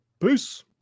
Peace